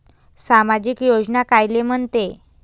सामाजिक योजना कायले म्हंते?